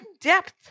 depth